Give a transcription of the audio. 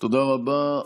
תודה רבה.